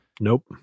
Nope